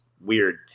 weird